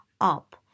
up